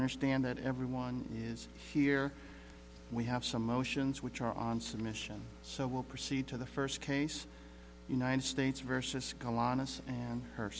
stand that everyone is here we have some motions which are on submission so we'll proceed to the first case united states versus